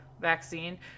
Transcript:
vaccine